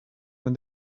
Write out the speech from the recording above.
when